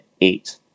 eight